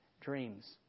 dreams